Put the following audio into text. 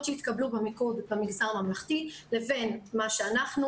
שהתקבלו במיקוד המגזר הממלכתי לבין מה שאנחנו,